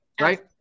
Right